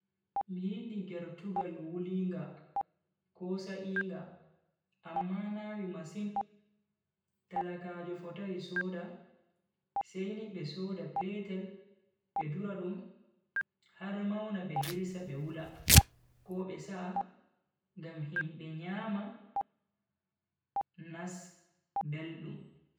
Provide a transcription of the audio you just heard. Mi yidi gertugal wulinga, ko sa'inga amma nawi masin, talakajo fotai soda sai ni be soda petel be dura dum har mauna be hirse be wula ko be sa'a ngam himbe nyama nas beldum.